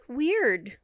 weird